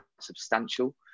substantial